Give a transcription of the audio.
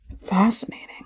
fascinating